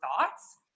thoughts